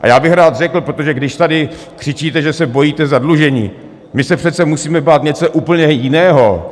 A já bych rád řekl, protože když tady křičíte, že se bojíte zadlužení my se přece musíme bát něčeho úplně jiného.